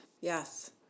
Yes